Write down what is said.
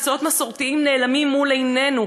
מקצועות מסורתיים נעלמים מול עינינו.